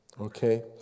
Okay